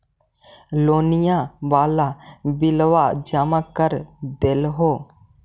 लोनिया वाला बिलवा जामा कर देलहो?